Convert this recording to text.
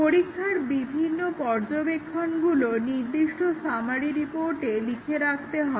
পরীক্ষার পর্যবেক্ষণগুলো test summary রিপোর্টে লিখে রাখতে হবে